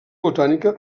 botànica